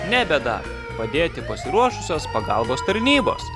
ne bėda padėti pasiruošusios pagalbos tarnybos